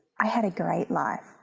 i had a great life.